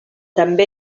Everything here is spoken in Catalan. també